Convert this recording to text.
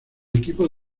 equipo